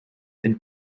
and